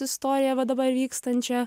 istoriją va dabar vykstančią